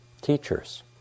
teachers